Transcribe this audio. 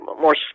more